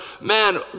man